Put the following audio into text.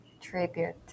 tribute